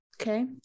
Okay